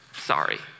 sorry